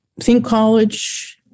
ThinkCollege